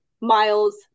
miles